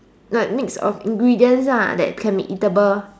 like mix of ingredients ah that can be eatable